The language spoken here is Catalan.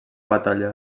batalla